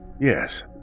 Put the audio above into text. yes